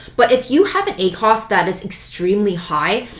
but if you have an acos that is extremely high,